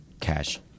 Cash